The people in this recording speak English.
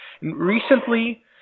Recently